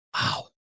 Wow